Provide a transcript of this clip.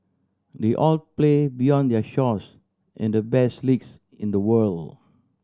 they all play beyond their shores in the best leagues in the world